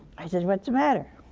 i say, what's the matter?